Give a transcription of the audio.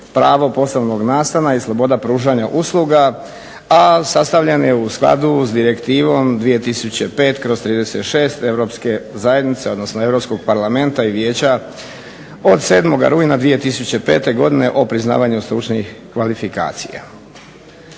pravo poslovnog nastana i sloboda pružanja usluga, a sastavljen je u skladu sa Direktivom 2005/36 Europske zajednice, odnosno Europskog parlamenta i Vijeća od 7. rujna 2005. godine o priznavanju stručnih kvalifikacija.